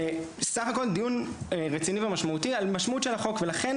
סך הכול דיון רציני ומשמעותי על המשמעות של החוק ולכן